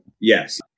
Yes